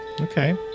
Okay